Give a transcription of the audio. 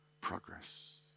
progress